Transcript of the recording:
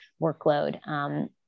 workload